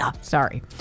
Sorry